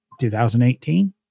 2018